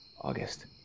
August